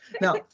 Now